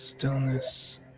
Stillness